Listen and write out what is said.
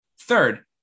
Third